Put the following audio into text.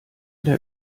der